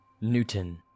Newton